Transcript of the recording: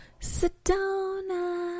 Sedona